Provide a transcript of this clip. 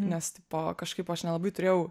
nes tipo kažkaip aš nelabai turėjau